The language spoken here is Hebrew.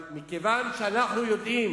אבל מכיוון שאנחנו יודעים